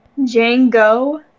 Django